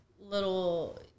little